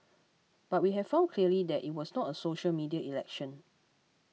but we've found clearly that it was not a social media election